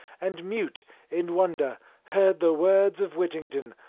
and mute in wonder heard the words of whittington,